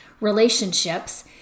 relationships